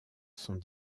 sont